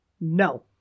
No